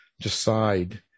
decide